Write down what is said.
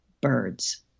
birds